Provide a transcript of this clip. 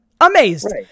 Amazed